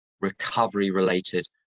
recovery-related